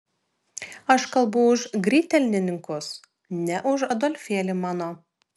aš kalbu už grytelninkus ne už adolfėlį mano